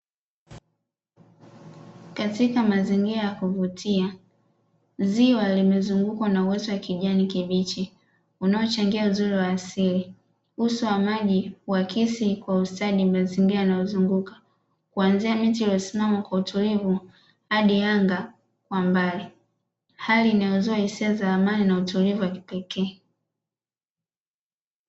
Katika mazingira ya kuvutia ziwa limezungukwa na uoto wa kijani kibichi unaochangia uzuri wa asili uso wa maji wa kesi kwa ustadi mna mazingira yanayozunguka kuanzia miti iliyosimama kwa utulivu hadi yanga kwa mbali, hali inayouzua hisia za amani na utulivu wa kipekee.